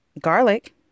Garlic